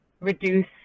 reduce